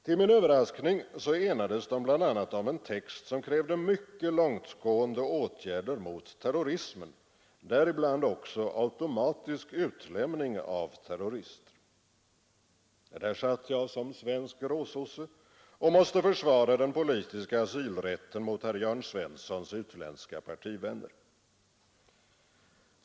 Till min överraskning enades de bl.a. om en text som krävde mycket långtgående åtgärder mot terrorism, däribland även automatisk utlämning av terrorister. Där satt jag som svensk ”gråsosse” och måste försvara den politiska asylrätten mot herr Jörn Svenssons utländska partivänner.